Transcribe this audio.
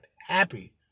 happy